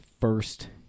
first